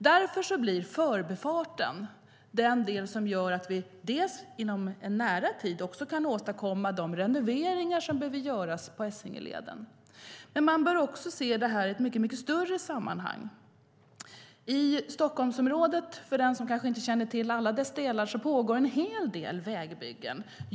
Därför blir förbifarten den del som gör att vi bland annat inom en nära tid kan åstadkomma de renoveringar som behöver göras på Essingeleden. Men man bör också se det här i ett mycket större sammanhang. I Stockholmsområdet - det kan jag berätta för den som kanske inte känner till alla dess delar - pågår en hel del vägbyggen.